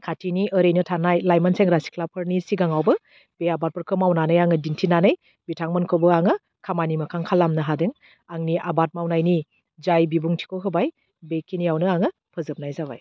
खाथिनि ओरैनो थानाय लाइमोन सेंग्रा सिख्लाफोरनि सिगांआवबो बे आबादफोरखौ मावनानै आङो दिन्थिनानै बिथांमोनखौबो आङो खामानि मोखां खालामनो हादों आंनि आबाद मावनायनि जाय बिबुंथिखौ होबाय बेखिनियावनो आङो फोजोबनाय जाबाय